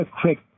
quick